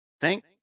Thank